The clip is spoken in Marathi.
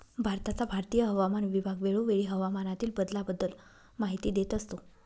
भारताचा भारतीय हवामान विभाग वेळोवेळी हवामानातील बदलाबद्दल माहिती देत असतो